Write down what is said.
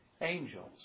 angels